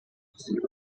zero